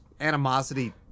animosity